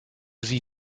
sie